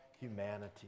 humanity